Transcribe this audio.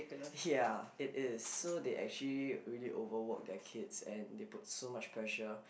ya it is so they actually really overwork their kids and they put so much pressure